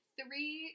three